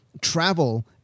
Travel